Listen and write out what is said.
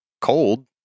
cold